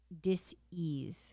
dis-ease